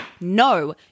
no